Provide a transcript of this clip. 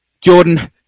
Jordan